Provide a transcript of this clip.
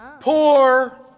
Poor